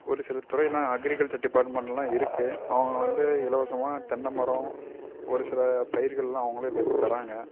ஒரு சில துறை எல்லாம் அக்கிரிகல்ச்சர் டிபார்ட்மெண்ட் எல்லாம் இருக்கு அவங்க வந்து இலவசமாக தென்ன மரம் ஒரு சில பயிர்கள் எல்லாம் அவங்களே வித தராங்க